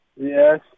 Yes